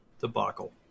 debacle